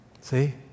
See